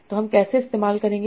तो हम कैसे इस्तेमाल करेंगे